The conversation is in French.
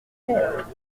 faire